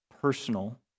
personal